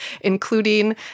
including